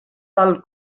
del